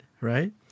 right